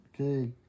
Okay